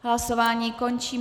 Hlasování končím.